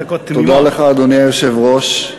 אדוני היושב-ראש,